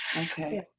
Okay